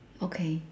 okay